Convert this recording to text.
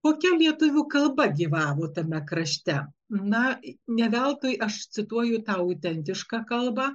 kokia lietuvių kalba gyvavo tame krašte na ne veltui aš cituoju tą autentišką kalbą